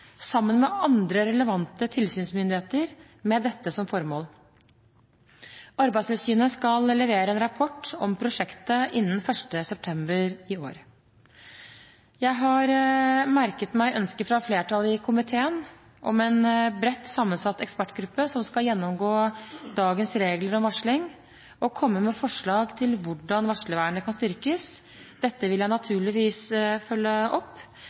sammen med andre relevante tilsynsmyndigheter med dette som formål. Arbeidstilsynet skal levere en rapport om prosjektet innen 1. september i år. Jeg har merket meg ønsket fra flertallet i komiteen om en bredt sammensatt ekspertgruppe som skal gjennomgå dagens regler om varsling, og komme med forslag til hvordan varslervernet kan styrkes. Dette vil jeg naturligvis følge opp.